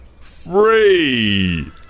Free